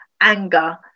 anger